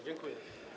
Dziękuję.